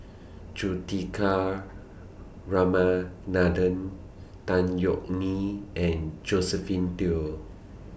Juthika Ramanathan Tan Yeok Nee and Josephine Teo